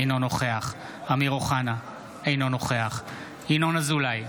אינו נוכח אמיר אוחנה, אינו נוכח ינון אזולאי,